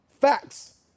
facts